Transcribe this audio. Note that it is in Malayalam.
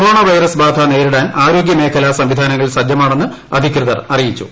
കൊറോണ വൈറസ് ബാധ നേത്രിട്ടിൽ ആരോഗ്യമേഖലാ സംവിധാനങ്ങൾ സജ്ജമാണെന്ന് അധികൃതൂർ അറിയിച്ചു